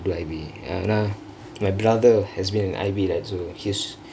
do I_B என்ன:enna my brother he's been in I_B right his